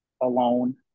alone